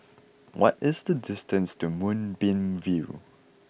what is the distance to Moonbeam View